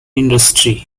industry